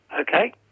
Okay